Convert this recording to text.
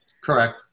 Correct